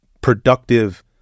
productive